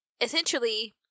essentially